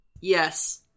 Yes